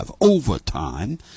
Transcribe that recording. Overtime